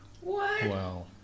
Wow